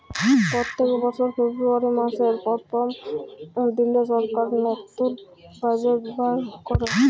প্যত্তেক বসর ফেব্রুয়ারি মাসের পথ্থম দিলে সরকার লতুল বাজেট বাইর ক্যরে